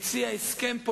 לכם,